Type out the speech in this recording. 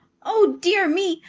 oh, dear me,